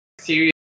Serious